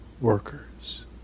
workers